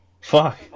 Fuck